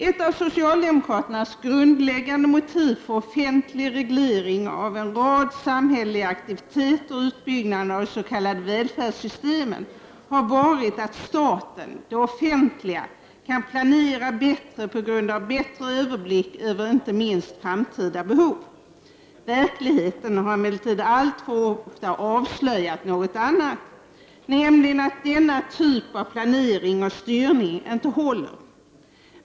Ett av socialdemokraternas grundläggande motiv för offentlig reglering av en rad samhälleliga aktiviteter och utbyggnaden av de s.k. välfärdssystemen har varit att staten, det offentliga, kan planera bättre på grund av bättre överblick över inte minst framtida behov. Verkligheten har emellertid alltför ofta avslöjat något annat, nämligen att denna typ av planering och styrning inte håller.